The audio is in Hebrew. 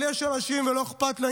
אבל יש אנשים, ולא אכפת לי